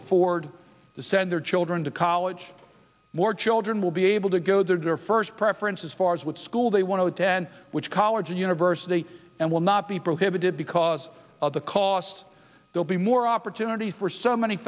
afford to send their children to college more children will be able to go there first preference as far as what school they want to attend which college and university and will not be prohibited because of the costs will be more opportunities for so many